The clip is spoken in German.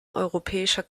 europäischer